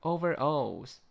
，Overalls